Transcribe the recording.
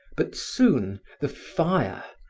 but soon the fire,